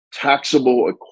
taxable